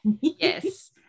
Yes